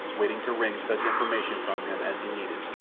waiting to wring such information from him as he needed,